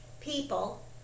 people